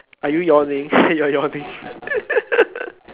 are you yawning you are yawning